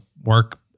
work